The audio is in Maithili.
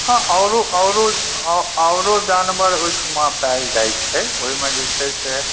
हँ औरो औरो औरो जानवर ओहिठमा पायल जाइ छै ओहिमे जे छै से